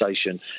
station